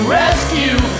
rescue